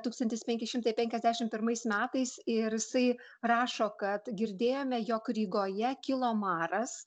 tūkstantis penki šimtai penkiasdešimt pirmais metais ir jisai rašo kad girdėjome jog rygoje kilo maras